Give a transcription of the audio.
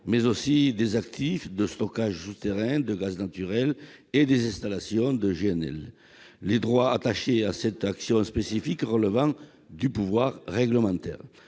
mais aussi des actifs de stockages souterrains de gaz naturel et des installations de gaz naturel liquéfié, le GNL, les droits attachés à cette action spécifique relevant du pouvoir réglementaire.